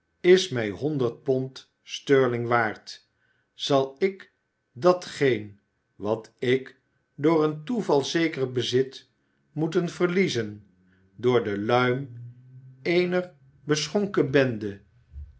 is mij honderd pond sterling waard zal ik datgeen wat ik door een toeval zeker bezit moeten verliezen door de luim eener beschonkene bende